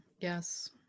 Yes